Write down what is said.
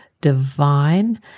divine